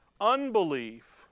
unbelief